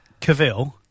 Cavill